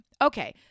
Okay